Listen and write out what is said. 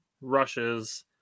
rushes